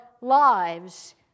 lives